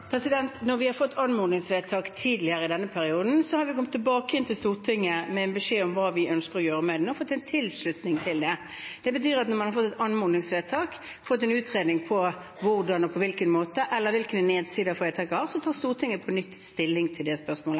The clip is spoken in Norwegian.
Når vi har fått anmodningsvedtak tidligere i denne perioden, har vi kommet tilbake til Stortinget med beskjed om hva vi ønsker å gjøre med det, og fått tilslutning til det. Det betyr at når man har fått et anmodningsvedtak, fått en utredning om hvordan og på hvilken måte, eller hvilke nedsider, tar Stortinget på nytt stilling til det spørsmålet.